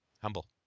Humble